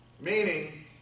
Meaning